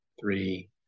three